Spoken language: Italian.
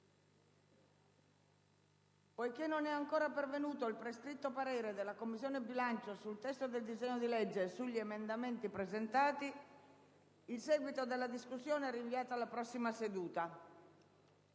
poiché non è ancora pervenuto il prescritto parere della Commissione bilancio sul testo del disegno di legge e sugli emendamenti presentati, il seguito dell'esame è rinviato ad altra seduta.